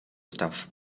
stuff